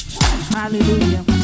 Hallelujah